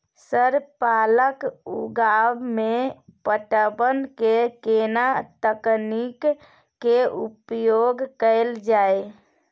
Sir पालक उगाव में पटवन के केना तकनीक के उपयोग कैल जाए?